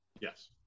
Yes